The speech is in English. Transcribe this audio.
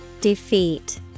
Defeat